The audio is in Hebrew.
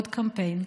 עוד קמפיין,